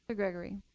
ah gregory.